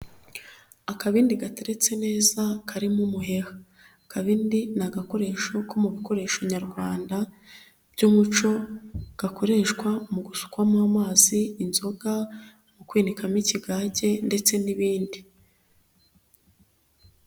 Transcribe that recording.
Akabindi gateretse neza, karimo umuheha. Akabindi ni agakoresho ko mu bikoresho nyarwanda, by'umuco, gakoreshwa mu gusukwamo amazi, inzoga, mu kwinikamo ikigage, ndetse n'ibindi.